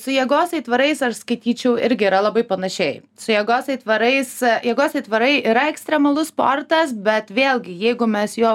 su jėgos aitvarais ar skaityčiau irgi yra labai panašiai su jėgos aitvarais jėgos aitvarai yra ekstremalus sportas bet vėlgi jeigu mes jo